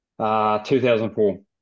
2004